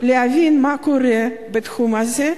להבין מה קורה בתחום הזה.